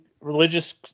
religious